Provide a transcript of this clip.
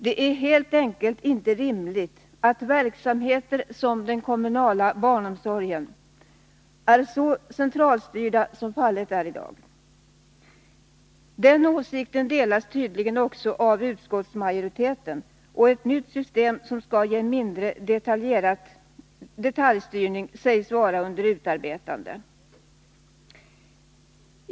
Det är helt enkelt inte rimligt att verksamheter som den kommunala barnomsorgen är så centralstyrda som fallet är i dag. Den åsikten delas tydligen också av utskottsmajoriteten, och ett nytt system som skall ge mindre detaljstyrning sägs vara under utarbetande.